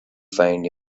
find